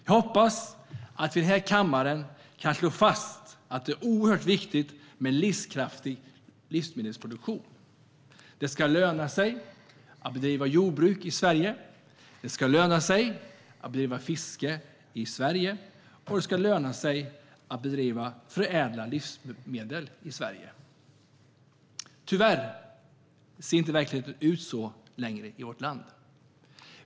Jag hoppas att vi här i kammaren kan slå fast att det är oerhört viktigt med en livskraftig livsmedelsproduktion. Det ska löna sig att bedriva jordbruk i Sverige. Det ska löna sig att bedriva fiske i Sverige. Det ska löna sig att förädla livsmedel i Sverige. Tyvärr ser inte verkligheten ut så längre i vårt land.